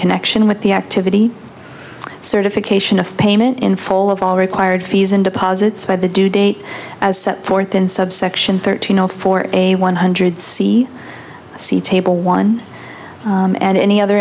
connection with the activity certification of payment in full of all required fees and deposits by the due date as set forth in subsection thirteen zero for a one hundred c c table one and any other